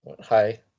Hi